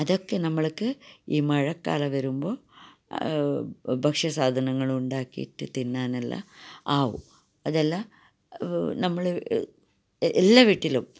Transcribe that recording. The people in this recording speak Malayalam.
അതൊക്കെ നമ്മൾക്ക് ഈ മഴക്കാലം വരുമ്പോൾ ഭക്ഷ്യ സാധനങ്ങളുണ്ടാക്കിയിട്ട് തിന്നാനെല്ലാം ആകും അതല്ല നമ്മള് എല്ലാ വീട്ടിലും